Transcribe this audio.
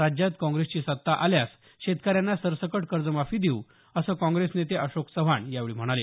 राज्यात काँग्रेसची सत्ता आल्यास शेतकऱ्यांना सरसकट कर्जमाफी देऊ असं काँग्रेस नेते अशोक चव्हाण यावेळी म्हणाले